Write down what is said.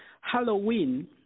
Halloween